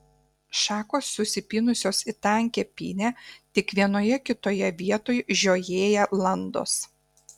šakos susipynusios į tankią pynę tik vienoje kitoje vietoj žiojėja landos